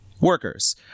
workers